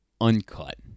uncut